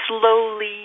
slowly